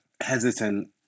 hesitant